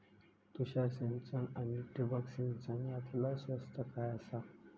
तुषार सिंचन आनी ठिबक सिंचन यातला स्वस्त काय आसा?